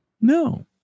No